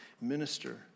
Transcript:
minister